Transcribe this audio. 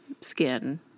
skin